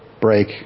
break